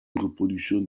reproduction